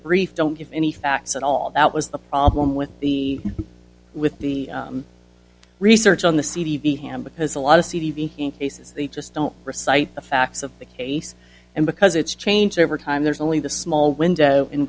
brief don't give any facts at all that was the problem with the with the research on the c d b hand because a lot of cases they just don't recite the facts of the case and because it's changed over time there's only the small window in